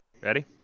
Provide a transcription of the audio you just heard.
Ready